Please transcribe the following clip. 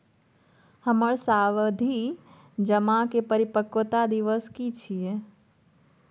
हमर सावधि जमा के परिपक्वता दिवस की छियै?